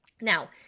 Now